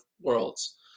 Worlds